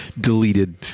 deleted